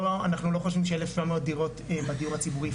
אנחנו לא חושבים ש-1700 דירות בדיור הציבורי,